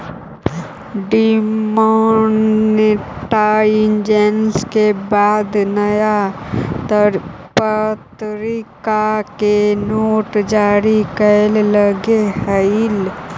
demonetisation के बाद नया प्तरीका के नोट जारी कैल गेले हलइ